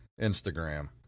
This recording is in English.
Instagram